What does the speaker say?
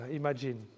imagine